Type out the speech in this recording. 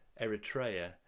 Eritrea